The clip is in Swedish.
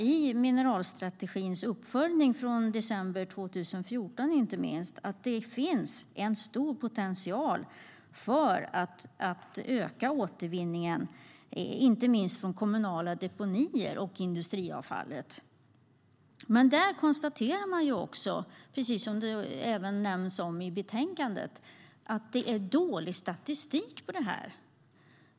I mineralstrategins uppföljning från december 2014 kan man läsa att det finns en stor potential för att öka återvinningen, inte minst från kommunala deponier och från industriavfallet. Där konstaterar man dock, precis som omnämns i betänkandet, att det är dålig statistik på detta.